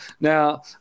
Now